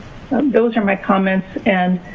those are my comments. and,